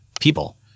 People